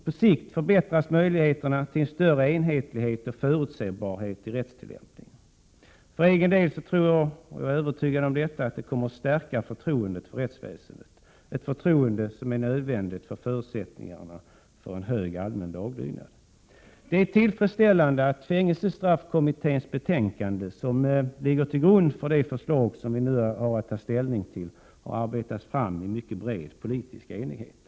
På sikt förbättras möjligheterna till en större enhetlighet och förutsebarhet i rättstillämpningen. För egen del är jag övertygad om att detta kommer att stärka förtroendet för rättsväsendet —- ett förtroende som är en nödvändig förutsättning för en hög allmän laglydnad. Det är tillfredsställande att fängelsestraffkommitténs betänkande, som ligger till grund för det förslag som vi nu har att ta ställning till, har utarbetats under mycket bred politisk enighet.